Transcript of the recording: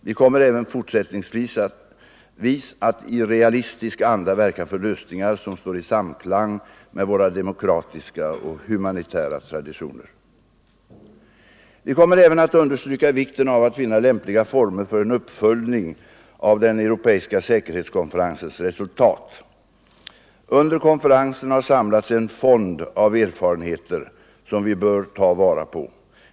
Vi kommer även fortsättningsvis att i realistisk anda verka för lösningar som står i samklang med våra demokratiska och humanitära traditioner. Vi kommer även att understryka vikten av att finna lämpliga former för en uppföljning av den europeiska säkerhetskonferensens resultat. Under konferensen har samlats en fond av erfarenheter som vi bör ta vara på.